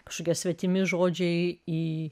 kažkokie svetimi žodžiai į